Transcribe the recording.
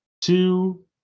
two